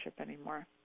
anymore